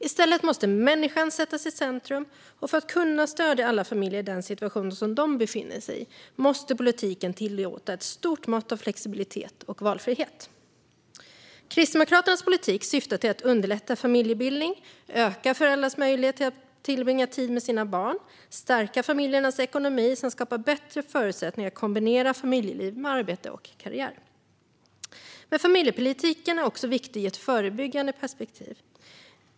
I stället måste människan sättas i centrum, och för att kunna stödja alla familjer i den situation som de befinner sig i måste politiken tillåta ett stort mått av flexibilitet och valfrihet. Kristdemokraternas politik syftar till att underlätta familjebildning, öka föräldrars möjligheter att tillbringa tid med sina barn, stärka familjernas ekonomi samt skapa bättre förutsättningar att kombinera familjeliv med arbete och karriär. Men familjepolitiken är också viktig ur ett förebyggande perspektiv.